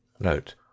note